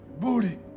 Booty